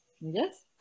Yes